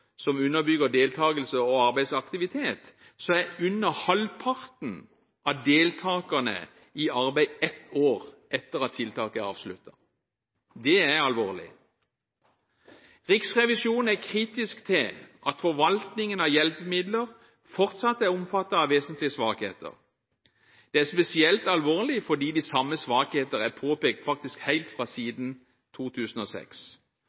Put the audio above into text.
som underbygger deltakelse og arbeidsaktivitet, er under halvparten av deltakerne i arbeid ett år etter at tiltaket er avsluttet. Det er alvorlig. Riksrevisjonen er kritisk til at forvaltningen av hjelpemidler fortsatt er omfattet av vesentlige svakheter. Det er spesielt alvorlig fordi de samme svakheter faktisk er påpekt helt